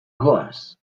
goaz